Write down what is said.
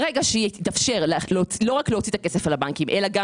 ברגע שיתאפשר לא רק להוציא את הכסף לבנקים אלא גם